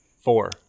Four